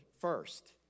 first